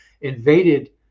invaded